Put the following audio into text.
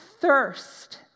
thirst